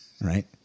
right